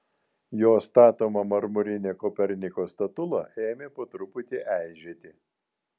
jo statoma marmurinė koperniko statula ėmė po truputį eižėti